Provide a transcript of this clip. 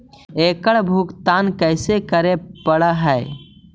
एकड़ भुगतान कैसे करे पड़हई?